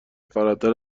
فراتر